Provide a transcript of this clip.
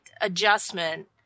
adjustment